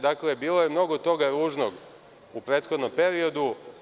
Dakle, bilo je mnogo toga ružnog u prethodnom periodu.